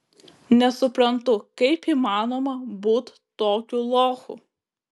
nesuprantu kaip įmanoma būt tokiu lochu